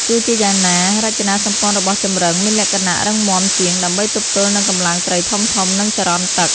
ទោះជាយ៉ាងណា រចនាសម្ព័ន្ធរបស់ចម្រឹងមានលក្ខណៈរឹងមាំជាង ដើម្បីទប់ទល់នឹងកម្លាំងត្រីធំៗ និងចរន្តទឹក។